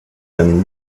him